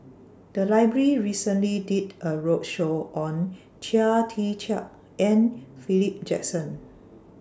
The Library recently did A roadshow on Chia Tee Chiak and Philip Jackson